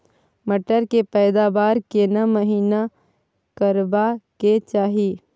मटर के पैदावार केना महिना करबा के चाही?